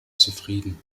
zufrieden